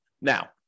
Now